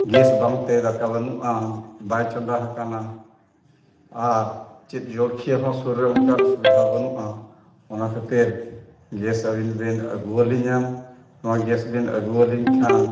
gas ᱵᱟᱝᱛᱮ ᱫᱟᱠᱟ ᱵᱟᱹᱱᱩᱜᱼᱟ ᱵᱟᱭ ᱪᱚᱸᱫᱟ ᱟᱠᱟᱱᱟ ᱟᱨ ᱪᱮᱫ ᱡᱚᱠᱷᱤᱭᱟᱹ ᱦᱚᱸ ᱥᱩᱨ ᱨᱮ ᱚᱱᱠᱟᱱ ᱥᱩᱵᱤᱫᱷᱟ ᱵᱟᱹᱱᱩᱜᱼᱟ ᱚᱱᱟ ᱠᱷᱟᱹᱛᱤᱨ ᱜᱮᱥ ᱟᱹᱞᱤᱧ ᱵᱮᱱ ᱟᱹᱜᱩ ᱟᱹᱞᱤᱧᱟ ᱚᱱᱟ ᱜᱮᱥ ᱵᱮᱱ ᱟᱹᱜᱩ ᱟᱹᱞᱤᱧ ᱠᱷᱟᱱ